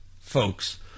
folks